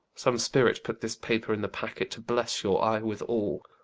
some spirit put this paper in the packet, to blesse your eye withall